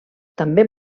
també